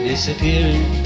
Disappearing